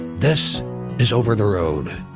this is over the road.